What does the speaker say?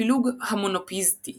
הפילוג המונופיזיטי